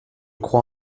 croix